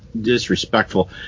disrespectful